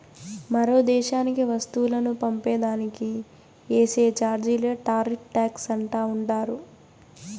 మరో దేశానికి వస్తువులు పంపే దానికి ఏసే చార్జీలే టార్రిఫ్ టాక్స్ అంటా ఉండారు